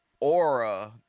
aura